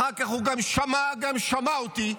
אחר כך הוא שמע גם שמע אותי,